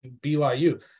BYU